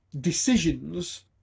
decisions